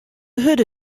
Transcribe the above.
hurde